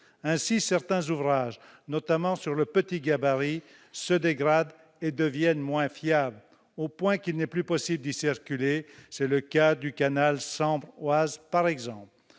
Ainsi, certains ouvrages, notamment sur le petit gabarit, se dégradent et deviennent moins fiables, au point qu'il n'est plus possible d'y circuler- c'est le cas, par exemple,